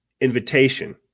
invitation